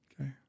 Okay